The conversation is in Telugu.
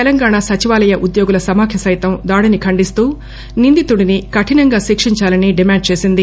తెలంగాణ సచివాలయ ఉద్యోగుల సమాఖ్య సైతం దాడిని ఖండిస్తూ నిందితుడిని కఠినంగా శిక్షించాలని డిమాండ్ చేసింది